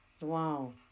Wow